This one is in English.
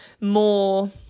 more